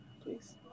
Please